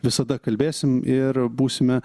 visada kalbėsim ir būsime